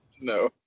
no